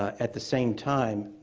at the same time,